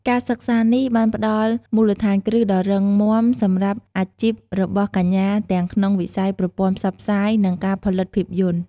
ការសិក្សានេះបានផ្តល់មូលដ្ឋានគ្រឹះដ៏រឹងមាំសម្រាប់អាជីពរបស់កញ្ញាទាំងក្នុងវិស័យប្រព័ន្ធផ្សព្វផ្សាយ និងការផលិតភាពយន្ត។